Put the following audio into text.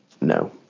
No